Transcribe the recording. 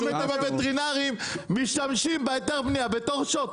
השירותים הווטרינריים משתמשים בהיתר הבנייה בתור שוט.